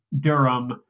Durham